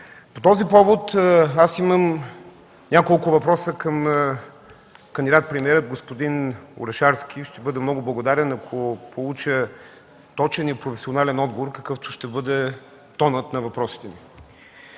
По този повод аз имам няколко въпроса към кандидат-премиера господин Орешарски. Ще бъда много благодарен, ако получа точен и професионален отговор, какъвто ще бъде тонът на въпросите ми.